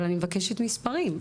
אבל אני מבקשת מספרים.